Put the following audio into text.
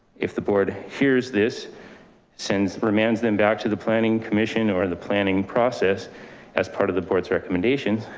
if the board here's this since remains then back to the planning commission or the planning process as part of the board's recommendations,